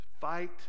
Fight